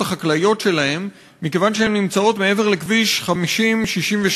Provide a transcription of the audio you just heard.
החקלאיות שלהם מכיוון שהן נמצאות מעבר לכביש 5066,